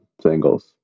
singles